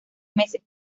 meses